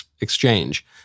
exchange